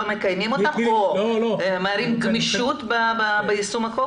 מקיימים אותם אלא מראים גמישות ביישום החוק?